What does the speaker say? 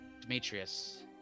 Demetrius